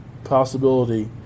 possibility